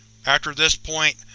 after this point,